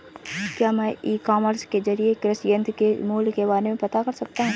क्या मैं e commerce के ज़रिए कृषि यंत्र के मूल्य के बारे में पता कर सकता हूँ?